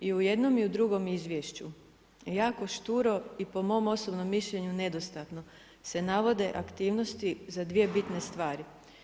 I u jednom i u drugom izvješću jako šturo i po mom osobnom mišljenju nedostatno se navode aktivnosti za dvije bitne stvari.